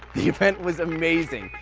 the event was amazing.